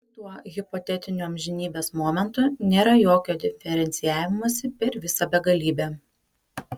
šituo hipotetiniu amžinybės momentu nėra jokio diferencijavimosi per visą begalybę